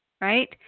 right